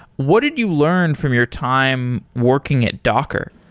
what did you learn from your time working at docker?